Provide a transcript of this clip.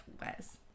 Wes